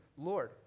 Lord